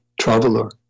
Traveler